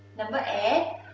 number eight.